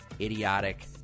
idiotic